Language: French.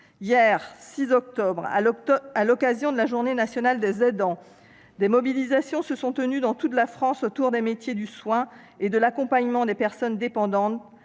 Hier, 6 octobre, à l'occasion de la journée nationale des aidants, des mobilisations ont eu lieu dans toute la France autour des métiers du soin et de l'accompagnement des personnes dépendantes.